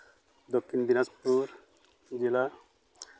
ᱫᱚᱠᱽᱠᱷᱤᱱ ᱫᱤᱱᱟᱡᱽᱯᱩᱨ ᱡᱮᱞᱟ